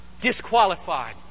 disqualified